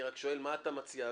אני רק שואל מה אתה מציע.